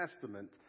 Testament